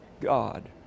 God